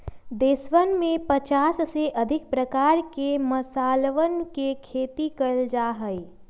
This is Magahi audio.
देशवन में पचास से अधिक प्रकार के मसालवन के खेती कइल जा हई